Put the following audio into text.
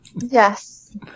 yes